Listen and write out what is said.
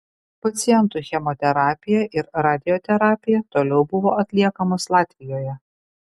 pacientui chemoterapija ir radioterapija toliau buvo atliekamos latvijoje